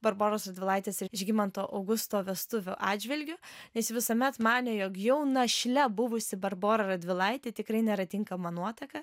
barboros radvilaitės ir žygimanto augusto vestuvių atžvilgiu nes ji visuomet manė jog jau našle buvusi barbora radvilaitė tikrai nėra tinkama nuotaka